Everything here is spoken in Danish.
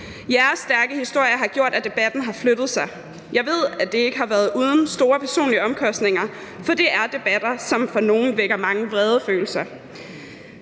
Jeres stærke ord har gjort, at debatten har flyttet sig. Jeg ved, at det ikke har været uden store personlige omkostninger, for det er debatter, som for nogle vækker mange vrede følelser.